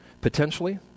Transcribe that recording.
potentially